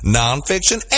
nonfiction